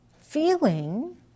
Feeling